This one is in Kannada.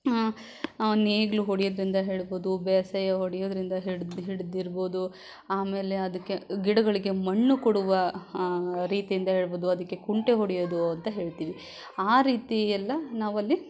ನೇಗಿಲು ಹೊಡಿಯೋದ್ರಿಂದ ಹೇಳ್ಬೌದು ಬೇಸಾಯ ಹೊಡಿಯೋದ್ರಿಂದ ಹಿಡ್ದ್ ಹಿಡ್ದಿರ್ಬೌದು ಆಮೇಲೆ ಅದಕ್ಕೆ ಗಿಡಗಳಿಗೆ ಮಣ್ಣು ಕೊಡುವ ರೀತಿಯಿಂದ ಹೇಳ್ಬೋದು ಅದಕ್ಕೆ ಕುಂಟೆ ಹೊಡಿಯೋದು ಅಂತ ಹೇಳ್ತೀವಿ ಆ ರೀತಿಯೆಲ್ಲ ನಾವಲ್ಲಿ